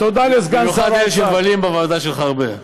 במיוחד אלה שמבלים בוועדה שלך הרבה.